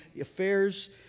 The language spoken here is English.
affairs